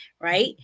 right